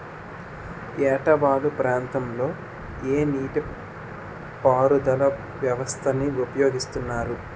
ఏట వాలు ప్రాంతం లొ ఏ నీటిపారుదల వ్యవస్థ ని ఉపయోగిస్తారు?